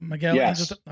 yes